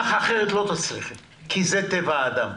אחרת, לא תצליחי, כי זה טבע האדם.